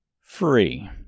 Free